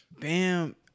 Bam